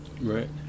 right